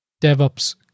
DevOps